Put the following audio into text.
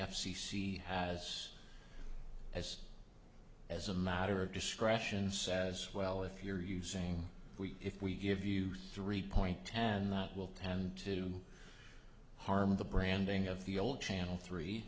c has as as a matter of discretion says well if you're using we if we give you three point tand that will tend to harm the branding of the old channel three